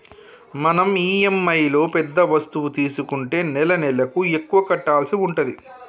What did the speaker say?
మనం ఇఎమ్ఐలో పెద్ద వస్తువు తీసుకుంటే నెలనెలకు ఎక్కువ కట్టాల్సి ఉంటది